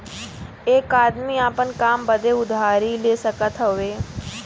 एक आदमी आपन काम बदे उधारी ले सकत हउवे